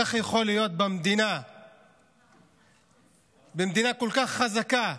איך יכול להיות שבמדינה כל כך חזקה,